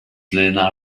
lena